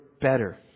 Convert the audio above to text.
better